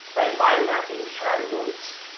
and mind mapping categories.